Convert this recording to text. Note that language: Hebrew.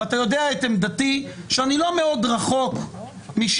אתה יודע את עמדתי שאני לא מאוד רחוק משיטתך